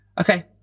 Okay